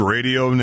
Radio